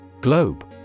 Globe